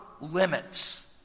limits